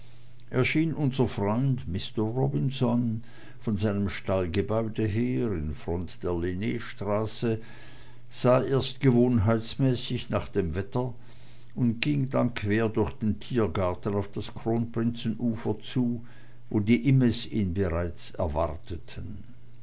erschien unser freund mister robinson von seinem stallgebäude her in front der lennstraße sah erst gewohnheitsmäßig nach dem wetter und ging dann quer durch den tiergarten auf das kronprinzenufer zu wo die immes ihn bereits erwarteten